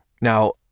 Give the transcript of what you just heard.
Now